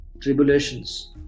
tribulations